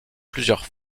plusieurs